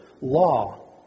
law